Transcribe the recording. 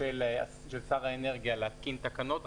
של שר האנרגיה להתקין תקנות,